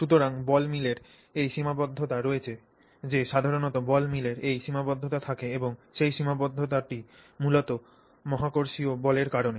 সুতরাং বল মিলের সেই সীমাবদ্ধতা রয়েছে যে সাধারণত বল মিলের এই সীমাবদ্ধতা থাকে এবং সেই সীমাবদ্ধতাটি মূলত মহাকর্ষীয় বলের কারণে